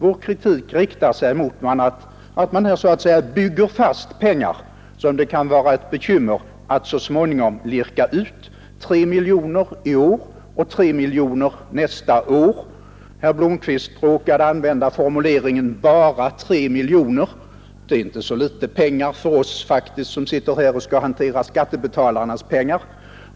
Vår kritik riktar sig mot att man här så att säga bygger fast pengar, som det kan vara ett bekymmer att så småningom lirka ut, 3 miljoner i år och 3 miljoner nästa år. Herr Blomkvist råkade använda formuleringen ”bara 3 miljoner”, men det är faktiskt inte så litet för oss som sitter här och skall hantera skattebetalarnas pengar.